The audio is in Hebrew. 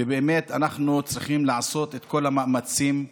ובאמת, אנחנו צריכים לעשות את כל המאמצים,